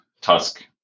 tusk